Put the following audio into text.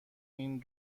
این